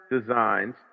designs